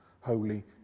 holy